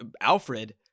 alfred